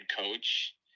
coach